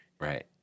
right